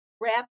wrap